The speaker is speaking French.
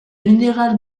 minéral